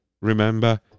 Remember